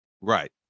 Right